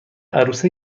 عروسکی